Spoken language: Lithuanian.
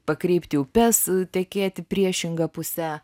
pakreipti upes tekėti priešinga puse